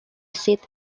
seat